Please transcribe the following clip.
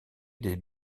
des